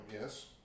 yes